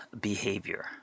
behavior